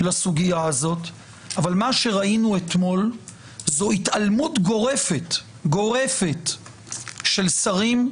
לסוגייה הזאת אבל מה שראינו אתמול זו התעלמות גורפת של שרים,